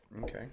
okay